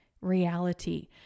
reality